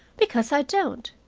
because i don't.